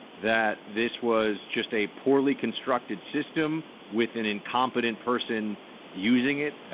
that this was just a poorly constructed system with an incompetent person using it.